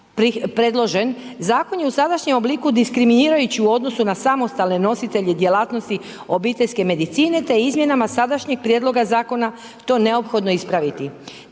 zakon je u sadašnjem obliku diskriminirajući u odnosu na samostalne nositelje djelatnosti obiteljske medicine te izmjenama sadašnjeg prijedloga zakona to je neophodno ispraviti.